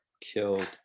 killed